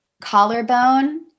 collarbone